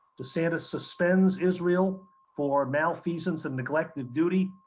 desantis suspends israel for malfeasance and neglected duty.